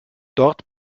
dort